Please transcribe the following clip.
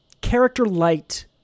character-light